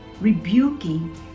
rebuking